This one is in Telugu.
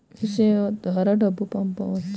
మీసేవ ద్వారా డబ్బు పంపవచ్చా?